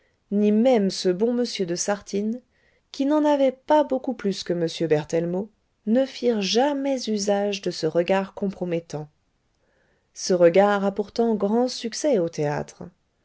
ni même ce bon m de sartines qui n'en avait pas beaucoup plus que m berthellemot ne firent jamais usage de ce regard compromettant ce regard a pourtant grand succès au théâtre